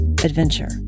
adventure